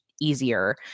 Easier